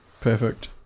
Perfect